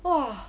!wah!